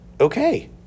okay